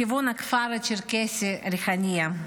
לכיוון הכפר הצ'רקסי ריחאניה.